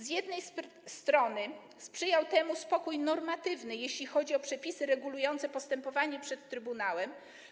Z jednej strony sprzyjał temu spokój normatywny, jeśli chodzi o przepisy regulujące postępowanie przed trybunałem.